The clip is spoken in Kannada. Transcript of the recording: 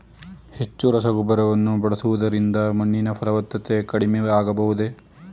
ಹೆಚ್ಚು ರಸಗೊಬ್ಬರವನ್ನು ಬಳಸುವುದರಿಂದ ಮಣ್ಣಿನ ಫಲವತ್ತತೆ ಕಡಿಮೆ ಆಗಬಹುದೇ?